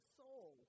soul